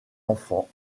enfant